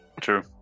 True